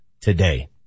today